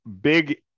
big